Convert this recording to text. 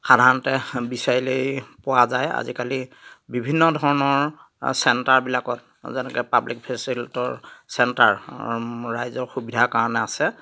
সাধাৰণতে বিচাৰিলেই পোৱা যায় আজিকালি বিভিন্ন ধৰণৰ চেণ্টাৰবিলাকত যেনেকে পাব্লিক ফেচিলেটৰ চেণ্টাৰ ৰাইজৰ সুবিধাৰ কাৰণে আছে